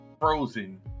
frozen